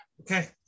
Okay